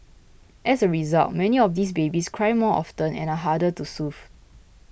as a result many of these babies cry more often and are harder to soothe